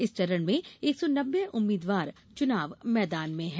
इस चरण में एक सौ नब्बे उम्मीदवार चुनाव मैदान में हैं